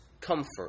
comfort